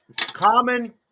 common